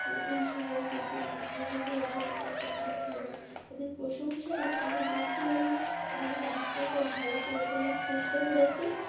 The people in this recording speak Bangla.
এইসবের প্রতি আগ্রহী করে তোলার চেষ্টা করেছি এবং তাদের প্রশংসাই আরও বেশি আমি আমার কাজটাকে ভালো করে তোলার চেষ্টা করেছি